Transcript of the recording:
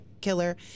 killer